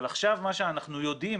אנחנו יודעים